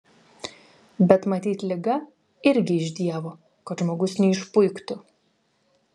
bet matyt liga irgi iš dievo kad žmogus neišpuiktų